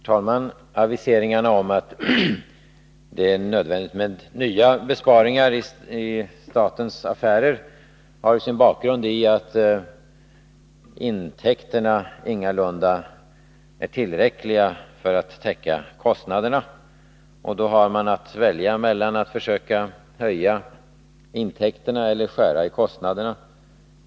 Herr talman! Aviseringarna om att det är nödvändigt med ytterligare besparingar i statens affärer har sin bakgrund i att intäkterna ingalunda är tillräckliga för att täcka kostnaderna. Då har man att välja mellan att försöka ökaiintäkterna eller att skära i kostnaderna.